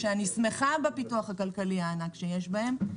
אני כמובן שמחה על הפיתוח הכלכלי הענק שיש בהן,